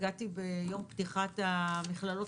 הגעתי ביום פתיחת המכללות